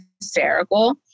hysterical